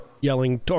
yelling